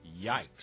Yikes